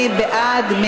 מי בעד?